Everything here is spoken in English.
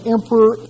Emperor